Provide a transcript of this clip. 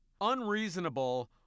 unreasonable